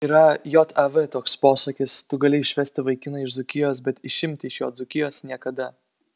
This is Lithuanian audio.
yra jav toks posakis tu gali išvesti vaikiną iš dzūkijos bet išimti iš jo dzūkijos niekada